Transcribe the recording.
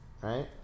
right